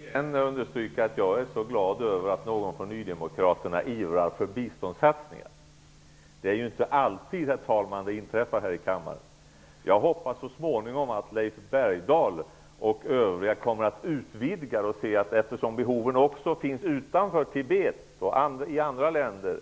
Herr talman! Jag vill understryka att jag är mycket glad över att någon av nydemokraterna ivrar för biståndssatsningar. Det är inte alltid, herr talman, att det inträffar. Jag hoppas att Leif Bergdahl och övriga så småningom kommer att utvidga sitt engagemang så att det blir riktigt intensivt -- behov finns också utanför Tibet, i andra länder.